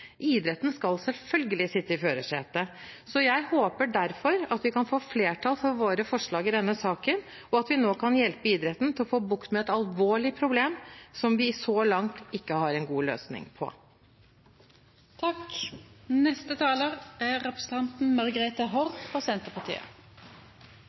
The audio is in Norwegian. Idretten skal selvfølgelig sitte i førersetet. Jeg håper derfor at vi kan få flertall for våre forslag i denne saken, og at vi nå kan hjelpe idretten til å få bukt med et alvorlig problem som vi så langt ikke har en god løsning